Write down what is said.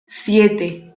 siete